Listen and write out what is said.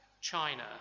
China